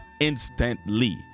instantly